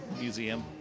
museum